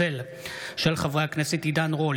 בהצעתם של חברי הכנסת עידן רול,